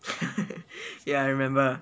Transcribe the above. ya I remember